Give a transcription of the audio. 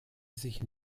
sich